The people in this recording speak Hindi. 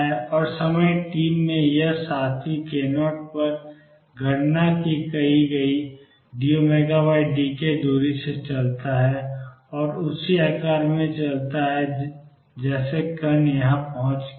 और समय t में यह साथी k0 पर गणना की गई dωd k दूरी से चलता है और उसी आकार में चलता है जैसे कण यहाँ पहुँच गया है